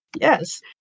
Yes